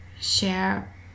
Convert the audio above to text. share